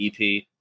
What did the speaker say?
EP